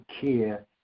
care